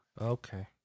Okay